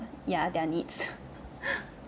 yeah their needs